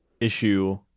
issue